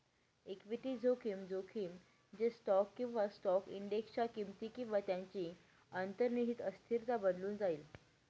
equity जोखीम, जोखीम जे स्टॉक किंवा स्टॉक इंडेक्सच्या किमती किंवा त्यांची अंतर्निहित अस्थिरता बदलून जाईल